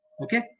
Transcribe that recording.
Okay